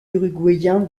uruguayen